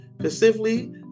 specifically